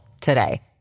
today